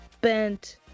bent